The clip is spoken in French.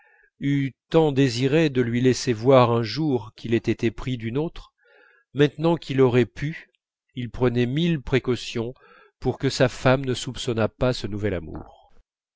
tant désiré de lui laisser voir un jour qu'il était épris d'une autre maintenant qu'il l'aurait pu il prenait mille précautions pour que sa femme ne soupçonnât pas ce nouvel amour